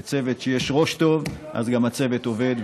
בצוות, כשיש ראש טוב, אז גם הצוות עובד.